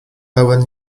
pełen